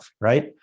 right